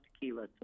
tequila